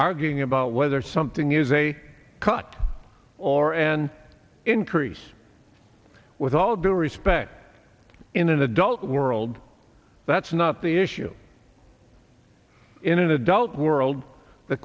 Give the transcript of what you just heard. arguing about whether something is a cut or an increase with all due respect in an adult world that's not the issue in an adult world the